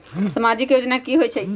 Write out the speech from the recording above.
समाजिक योजना की होई छई?